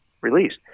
released